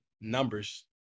numbers